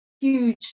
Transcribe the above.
huge